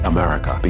America